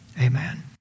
Amen